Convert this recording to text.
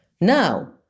Now